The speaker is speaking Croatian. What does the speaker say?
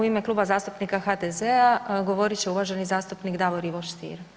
U ime Kluba zastupnika HDZ-a govorit će uvaženi zastupnik Davor Ivo Stier.